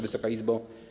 Wysoka Izbo!